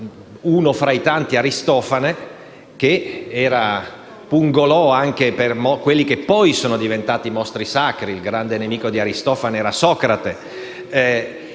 uno tra i tanti, Aristofane, che era pungolo anche per alcuni che poi sono diventati dei mostri sacri: il grande nemico di Aristofane era infatti